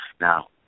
Now